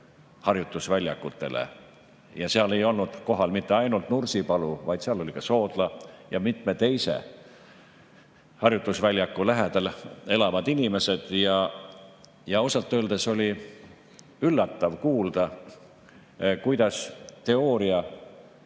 – seal ei olnud kohal mitte ainult Nursipalu, vaid ka Soodla ja mitme teise harjutusväljaku lähedal elavad inimesed –, oli ausalt öeldes üllatav kuulda, kuidas teooria